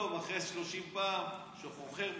פתאום אחרי 30 פעם שהוא חוכר מטוסים,